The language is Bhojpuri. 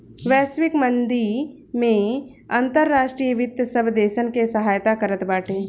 वैश्विक मंदी में अंतर्राष्ट्रीय वित्त सब देसन के सहायता करत बाटे